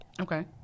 Okay